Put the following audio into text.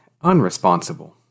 unresponsible